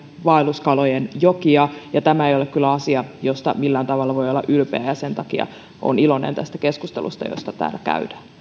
vaelluskalojen jokia ja tämä ei ole kyllä asia josta millään tavalla voi olla ylpeä sen takia olen iloinen tästä keskustelusta jota täällä käydään